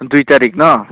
दुइ तारिक न'